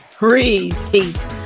repeat